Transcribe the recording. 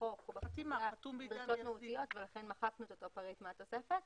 בחוק הן מהותיות ולכן מחקנו את אותו פריט מהתוספת.